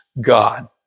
God